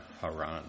Haran